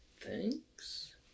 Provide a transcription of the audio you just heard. Thanks